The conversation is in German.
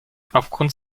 aufgrund